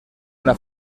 una